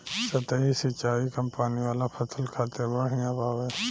सतही सिंचाई कम पानी वाला फसल खातिर बढ़िया बावे